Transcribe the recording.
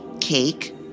cake